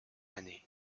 année